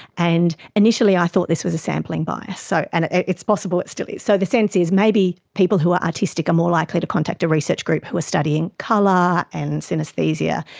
and initially i thought this was a sampling bias so and it's possible it still is so the sense is maybe people who are artistic are more likely to contact a research group who are studying colour and synaesthesia.